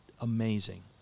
amazing